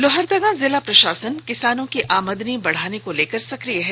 लोहरदगा जिला प्रशासन किसानों की आमदनी बढ़ाने को लेकर सक्रिय है